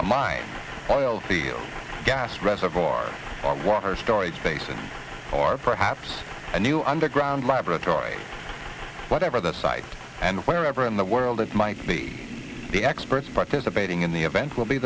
the gas reservoir or water storage space and or perhaps a new underground laboratory whatever the site and wherever in the world it might be the experts participating in the event will be